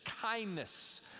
kindness